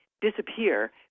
disappear